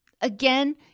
again